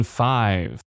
five